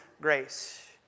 grace